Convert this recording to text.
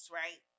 right